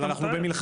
אבל, אנחנו במלחמה.